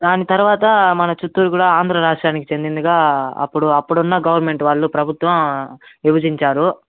దాని తర్వాత మన చిత్తూరు కూడా ఆంధ్రరాష్ట్రానికి చెందిందిగా అప్పుడు అప్పుడున్న గవర్నమెంట్ వాళ్ళు ప్రభుత్వం విభజించారు